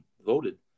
voted